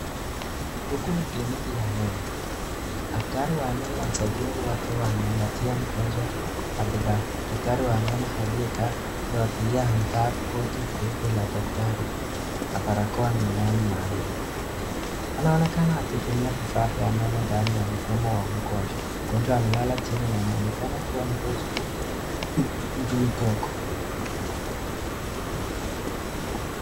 Huku ni kiliniki ya meno daktari wa meno na msaidizi wake anampatia mgonjwa dawa, Daktari wa meno aliyekaa amevaa koti mweupe la daktari, na barokoa na miwani maalum anaonekana akitumia vishazi ya meno ndani ya mdomo ya mgonjwa, mgonjwa amelala na anaonekana kuwa mtoto mdogo.